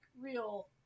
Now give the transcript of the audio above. real